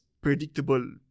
predictable